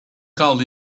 called